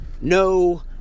no